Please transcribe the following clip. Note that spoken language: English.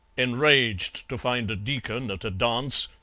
enraged to find a deacon at a dance,